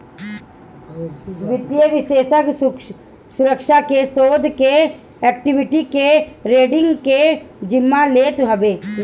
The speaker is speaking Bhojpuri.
वित्तीय विषेशज्ञ सुरक्षा के, शोध के, एक्वीटी के, रेटींग के जिम्मा लेत हवे